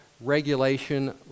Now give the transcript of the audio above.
regulation